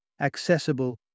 accessible